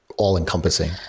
all-encompassing